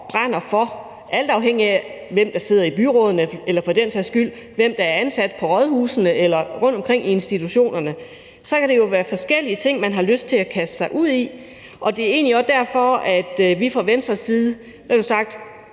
brænder for, alt afhængigt af hvem der sidder i byrådene, eller – for den sags skyld – hvem der er ansat på rådhusene eller rundtomkring i institutionerne. Så kan det jo være forskellige ting, man har lyst til at kaste sig ud i, og det er egentlig også derfor, at vi fra Venstres side foreslår,